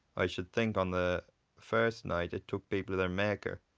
i should think on the first night it took people their maker.